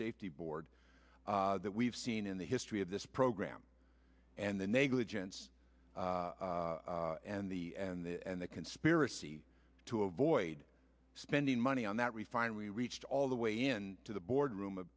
safety board that we've seen in the history of this program and the negligence and the and the conspiracy to avoid spending money on that refinery reached all the way in to the boardroom